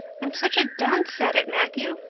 i'm such a dunce at it, matthew.